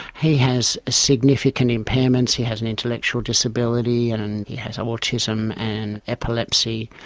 he has significant impairments, he has an intellectual disability and and he has um autism and epilepsy.